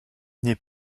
n’est